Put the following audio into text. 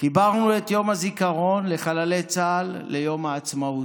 חיברנו את יום הזיכרון לחללי צה"ל ליום העצמאות,